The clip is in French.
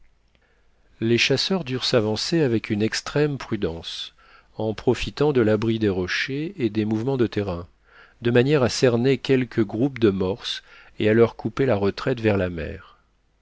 les chasseurs durent s'avancer avec une extrême prudence en profitant de l'abri des rochers et des mouvements de terrain de manière à cerner quelques groupes de morses et à leur couper la retraite vers la mer